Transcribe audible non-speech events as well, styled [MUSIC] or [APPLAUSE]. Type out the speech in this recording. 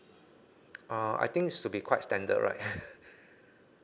uh I think should be quite standard right [LAUGHS]